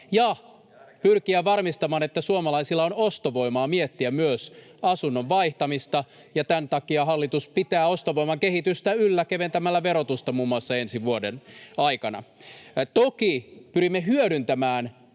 ja pyrkiä varmistamaan, että suomalaisilla on ostovoimaa miettiä myös asunnon vaihtamista. Tämän takia hallitus pitää ostovoiman kehitystä yllä keventämällä verotusta muun muassa ensi vuoden aikana. [Kokoomuksen ryhmästä: